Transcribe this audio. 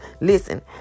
Listen